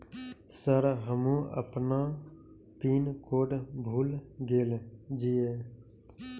Sir हमू अपना pin code भूल गेल जीये?